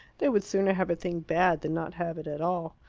they would sooner have a thing bad than not have it at all.